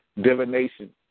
divination